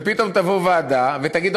פתאום תבוא ועדה ותגיד,